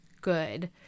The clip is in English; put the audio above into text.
good